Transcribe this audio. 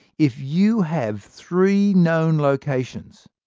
if you have three known locations,